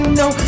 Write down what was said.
no